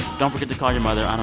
don't forget to call your mother.